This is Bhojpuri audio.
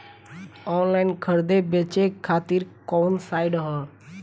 आनलाइन खरीदे बेचे खातिर कवन साइड ह?